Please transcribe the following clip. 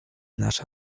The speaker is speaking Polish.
nasza